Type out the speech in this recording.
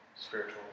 spiritual